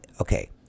Okay